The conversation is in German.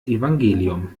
evangelium